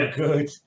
good